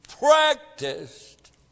practiced